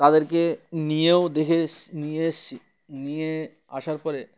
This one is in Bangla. তাদেরকে নিয়েও দেখে এসসি নিয়ে এসসি নিয়ে আসার পরে